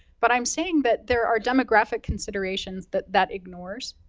but, i'm saying that there are demographic considerations that that ignores,